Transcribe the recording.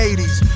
80's